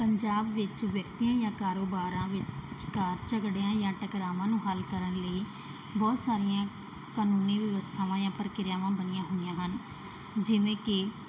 ਪੰਜਾਬ ਵਿੱਚ ਵਿਅਕਤੀਆਂ ਜਾਂ ਕਾਰੋਬਾਰਾਂ ਵਿਚਕਾਰ ਝਗੜਿਆਂ ਜਾਂ ਟਕਰਾਵਾਂ ਨੂੰ ਹੱਲ ਕਰਨ ਲਈ ਬਹੁਤ ਸਾਰੀਆਂ ਕਾਨੂੰਨੀ ਵਿਵਸਥਾਵਾਂ ਜਾਂ ਪ੍ਰਕਿਰਿਆਵਾਂ ਬਣੀਆਂ ਹੁੰਦੀਆਂ ਹਨ ਜਿਵੇਂ ਕਿ